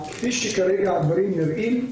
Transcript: כפי שכרגע הדברים נראים,